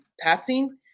passing